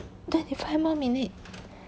twenty five more minute